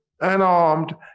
unarmed